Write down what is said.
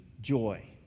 joy